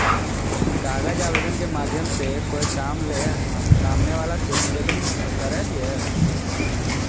कागज आवेदन के माध्यम से कोय काम ले हम सामने वला से निवेदन करय हियय